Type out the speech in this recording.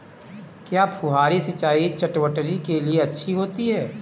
क्या फुहारी सिंचाई चटवटरी के लिए अच्छी होती है?